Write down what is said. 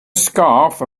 scarf